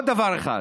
לדעתנו.